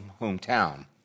hometown